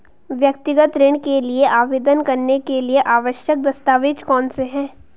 व्यक्तिगत ऋण के लिए आवेदन करने के लिए आवश्यक दस्तावेज़ कौनसे हैं?